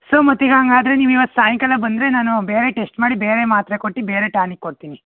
so ಮತ್ತೆ ಈಗ ಹಾಗಾದ್ರೆ ನೀವು ಇವತ್ತು ಸಾಯಾಂಕಾಲ ಬಂದರೆ ನಾನು ಬೇರೆ ಟೆಸ್ಟ್ ಮಾಡಿ ಬೇರೆ ಮಾತ್ರೆ ಕೊಟ್ಟು ಬೇರೆ ಟಾನಿಕ್ ಕೊಡ್ತೀನಿ